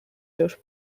seus